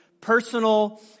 personal